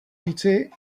říci